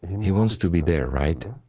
he wants to be there, right?